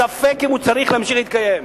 ספק אם הוא צריך להמשיך להתקיים.